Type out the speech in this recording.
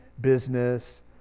business